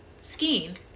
skiing